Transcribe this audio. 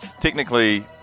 technically